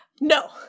No